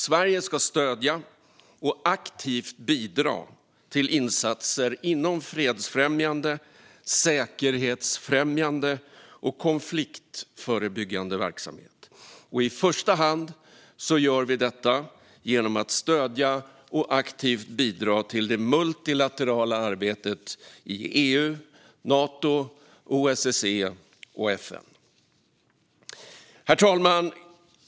Sverige ska stödja och aktivt bidra till insatser inom fredsfrämjande, säkerhetsfrämjande och konfliktförebyggande verksamhet. I första hand gör vi detta genom att stödja och aktivt bidra till det multilaterala arbetet i EU, Nato, OSSE och FN. Herr talman!